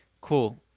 Cool